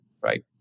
right